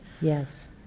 Yes